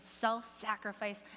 self-sacrifice